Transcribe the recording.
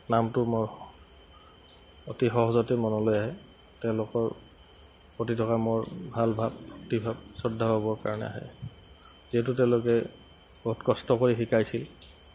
নামটো মোৰ অতি সহজতে মনলৈ আহে তেওঁলোকৰ প্ৰতি থকা মোৰ ভাল ভাৱ ভক্তিভাৱ শ্ৰদ্ধা হ'বৰ কাৰণে আহে যিহেতু তেওঁলোকে বহুত কষ্ট কৰি শিকাইছিল